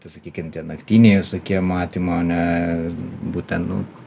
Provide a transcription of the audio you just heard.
tai sakykim tie naktiniai visokie matymo ane būtent nu